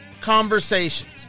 conversations